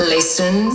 Listen